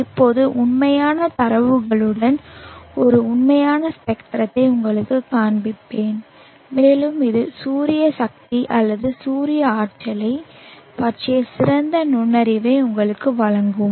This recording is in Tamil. இப்போது உண்மையான தரவுகளுடன் ஒரு உண்மையான ஸ்பெக்ட்ரத்தை உங்களுக்குக் காண்பிப்பேன் மேலும் இது சூரிய சக்தி அல்லது சூரிய ஆற்றலைப் பற்றிய சிறந்த நுண்ணறிவை உங்களுக்கு வழங்கும்